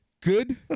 good